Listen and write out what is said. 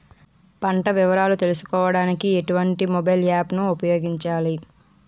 పంట వివరాలు తెలుసుకోడానికి ఎటువంటి మొబైల్ యాప్ ను ఉపయోగించాలి?